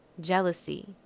jealousy